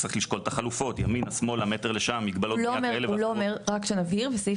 צריך לשקול את החלופות, ימינה, שמאלה, מטר לשם.